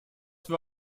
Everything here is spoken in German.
für